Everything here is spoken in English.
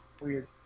Weird